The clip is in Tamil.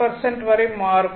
5 வரை மாறும்